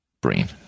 brain